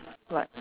but